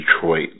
Detroit